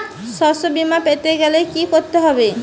শষ্যবীমা পেতে গেলে কি করতে হবে?